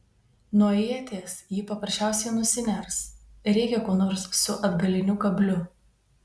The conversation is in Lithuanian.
nuo ieties ji paprasčiausiai nusiners reikia ko nors su atgaliniu kabliu